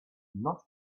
not